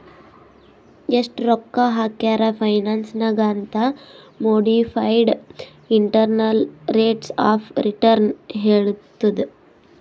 ಎಸ್ಟ್ ರೊಕ್ಕಾ ಹಾಕ್ಯಾರ್ ಫೈನಾನ್ಸ್ ನಾಗ್ ಅಂತ್ modified internal rates of return ಹೇಳತ್ತುದ್